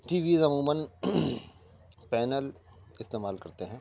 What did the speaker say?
T V عموماً panel استعمال کرتے ہیں